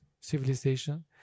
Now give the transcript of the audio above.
civilization